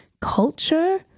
culture